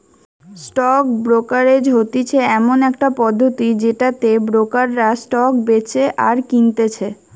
stock brokerage হতিছে এমন একটা পদ্ধতি যেটাতে ব্রোকাররা স্টক বেচে আর কিনতেছে